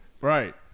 right